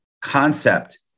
concept